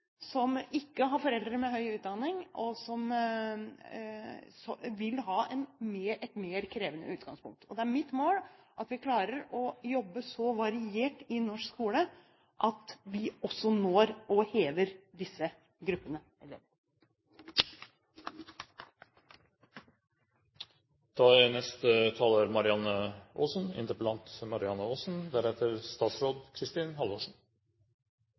som ikke har foreldre med høy utdanning, vil ha et mer krevende utgangspunkt. Det er mitt mål at vi klarer å jobbe så variert i norsk skole at vi også når og hever disse gruppene. Takk for et godt svar. Jeg er